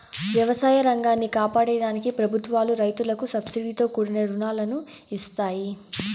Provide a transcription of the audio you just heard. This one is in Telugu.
వ్యవసాయ రంగాన్ని కాపాడే దానికి ప్రభుత్వాలు రైతులకు సబ్సీడితో కూడిన రుణాలను ఇస్తాయి